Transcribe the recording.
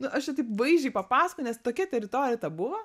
nu aš čia taip vaizdžiai papasakojau nes tokia teritorija ta buvo